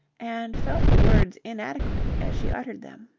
and felt the words inadequate as she uttered them.